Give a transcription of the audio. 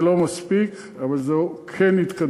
זה לא מספיק אבל זו כן התקדמות.